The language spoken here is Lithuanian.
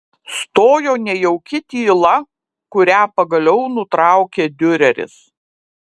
stojo nejauki tyla kurią pagaliau nutraukė diureris